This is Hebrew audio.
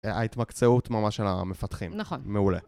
ההתמקצעות ממש על המפתחים, נכון, מעולה.